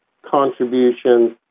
contributions